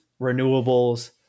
renewables